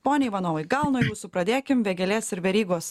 pone ivanovai gal nuo jūsų pradėkim vėgėlės ir verygos